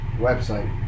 website